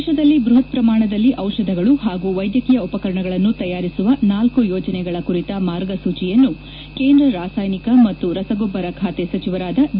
ದೇಶದಲ್ಲಿ ಬ್ಲಹತ್ ಪ್ರಮಾಣದಲ್ಲಿ ದಿಪಧಗಳು ಹಾಗೂ ವೈದ್ಯಕೀಯ ಉಪಕರಣಗಳನ್ನು ತಯಾರಿಸುವ ನಾಲ್ಲು ಯೋಜನೆಗಳ ಕುರಿತ ಮಾರ್ಗಸೂಚಿಯನ್ನು ಕೇಂದ್ರ ರಾಸಾಯನಿಕ ಮತ್ತು ರಸಗೊಬ್ಬರ ಖಾತೆ ಸಚಿವರಾದ ಡಿ